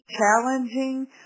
challenging